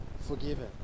forgiven